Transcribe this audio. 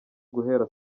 guhera